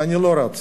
ואני לא רץ